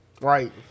Right